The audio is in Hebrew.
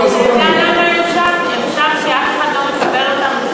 הם שם כי אף אחד לא מקבל אותם.